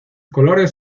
colores